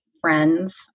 friends